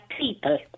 people